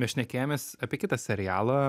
mes šnekėjomės apie kitą serialą